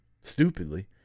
stupidly